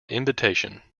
invitation